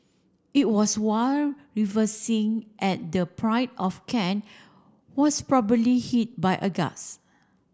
it was while reversing at the Pride of Kent was probably hit by a gust